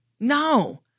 No